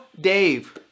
Dave